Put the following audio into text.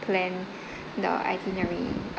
plan the itinerary